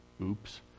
oops